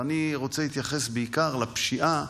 ואני רוצה להתייחס בעיקר לפשיעה